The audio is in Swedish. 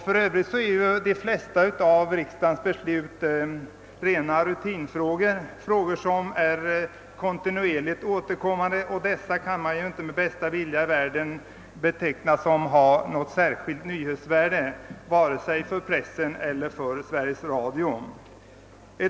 För Övrigt gäller ju de flesta riksdagens beslut rena rutinfrågor, frågor som kontinuerligt återkommer, och dessa kan man inte med bästa vilja i världen påstå ha något särskilt nyhetsvärde, vare sig för pressen eller Sveriges Radio.